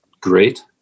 great